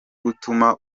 gutuma